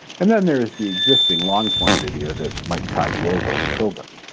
and then there is the existing long form video that might tide you over until then.